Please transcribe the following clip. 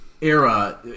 era